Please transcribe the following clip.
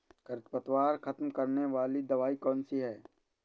खरपतवार खत्म करने वाली दवाई कौन सी है?